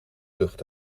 lucht